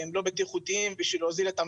רק 469 מוצרי תינוקות וילדים נשלחו לבדיקות,